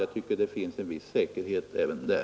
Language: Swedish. Jag tycker att det ligger en viss säkerhet även i det.